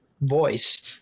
voice